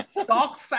stocks